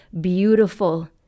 beautiful